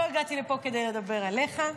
לא באתי לפה כדי לדבר עליך,